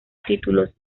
títulos